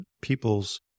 people's